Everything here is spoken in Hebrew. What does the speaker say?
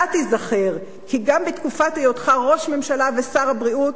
אתה תיזכר כי גם בתקופת היותך ראש הממשלה ושר הבריאות,